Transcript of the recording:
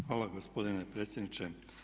Hvala gospodine predsjedniče.